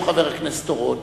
חבר הכנסת אורון.